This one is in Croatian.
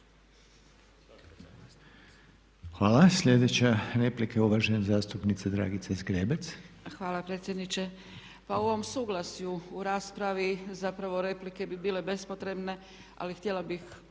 Hvala. Sljedeća replika je uvažene zastupnice Dragice Zgrebec. **Zgrebec, Dragica (SDP)** Hvala predsjedniče. Pa u ovom suglasju u raspravi zapravo replike bi bile bespotrebne ali htjela bih